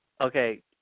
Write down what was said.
okay